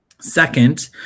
Second